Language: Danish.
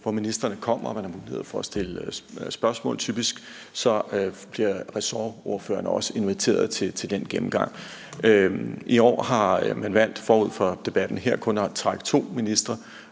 hvor ministrene kommer, og hvor man har mulighed for at stille spørgsmål. Typisk bliver ressortordførerne også inviteret til den gennemgang. I år har man forud for debatten her valgt kun at trække to ministre